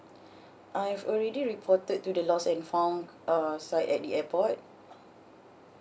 I've already reported to the lost and found uh side at the airport